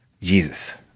Jesus